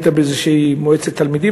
שהיית באיזושהי מועצת תלמידים,